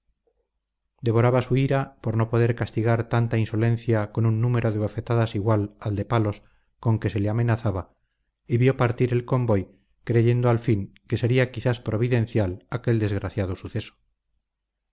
devoraba su ira por no poder castigar tanta insolencia con un número de bofetadas igual al de palos con que se le amenazaba y vio partir el convoy creyendo al fin que sería quizás providencial aquel desgraciado suceso